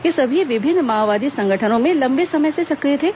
ये सभी विभिन्न माओवादी संगठनों में लंबे समय से सक्रिय थे